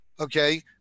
Okay